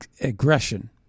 aggression